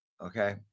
Okay